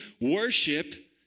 worship